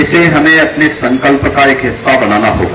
इसलिए हमें अपने संकल्प का एक हिस्सा बनना होगा